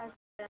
अच्छा